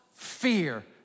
Fear